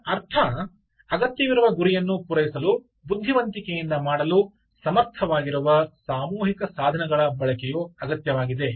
ಇದರ ಅರ್ಥ ಅಗತ್ಯವಿರುವ ಗುರಿಯನ್ನು ಪೂರೈಸಲು ಬುದ್ಧಿವಂತಿಕೆಯಿಂದ ಮಾಡಲು ಸಮರ್ಥವಾಗಿರುವ ಸಾಮೂಹಿಕ ಸಾಧನಗಳ ಬಳಕೆಯು ಅಗತ್ಯವಾಗಿದೆ